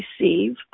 receive